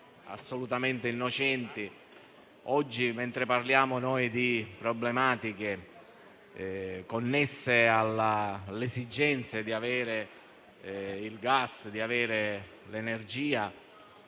assolutamente innocenti. Oggi, mentre parliamo di problematiche connesse alle esigenze di avere il gas e l'energia,